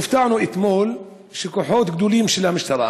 הופתענו אתמול שכוחות גדולים של המשטרה